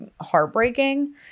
heartbreaking